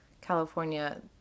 California